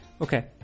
okay